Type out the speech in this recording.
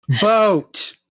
boat